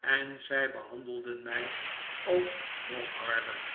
en zij behandelden mij ook nog harder